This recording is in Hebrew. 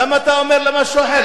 למה אתה אומר משהו אחר?